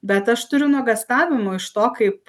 bet aš turiu nuogąstavimų iš to kaip